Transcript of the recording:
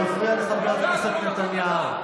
משה ארבל, פעם שנייה.